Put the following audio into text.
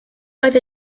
oedd